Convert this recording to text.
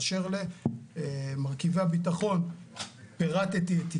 באשר למרכיבי הביטחון, פירטתי את עיקריהם.